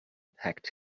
packed